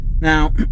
Now